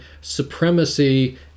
supremacy